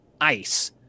ice